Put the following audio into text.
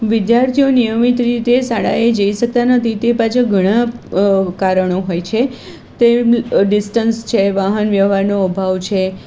વિદ્યાર્થીઓ નિયમિત રીતે શાળાએ જઈ શકતા નથી તે પાછળ ઘણાં કારણો હોય છે તે ડિસ્ટન્સ છે વાહનવ્યવહારનો અભાવ છે